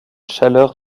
chaleur